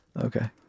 Okay